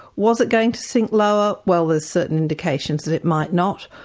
was it going to sink lower? well there's certain indications that it might not.